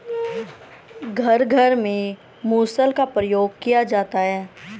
घर घर में मुसल का प्रयोग किया जाता है